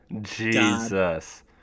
Jesus